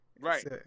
Right